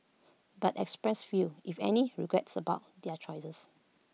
but expressed few if any regrets about their choices